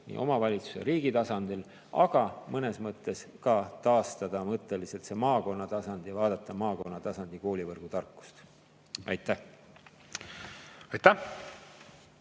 asju omavalitsuse ja riigi tasandil koos, aga mõnes mõttes ka taastada mõtteliselt see maakonnatasand ja vaadata maakonnatasandi koolivõrgutarkust. Aitäh! Aitäh!